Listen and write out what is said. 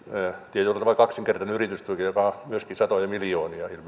tietyllä tavalla kaksinkertainen yritystuki joka ilmeisesti myöskin on satoja miljoonia